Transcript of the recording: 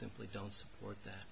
simply don't support that